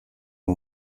uwo